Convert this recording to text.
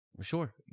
sure